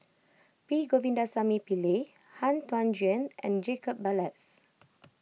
P Govindasamy Pillai Han Tan Juan and Jacob Ballas